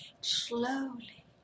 slowly